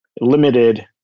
limited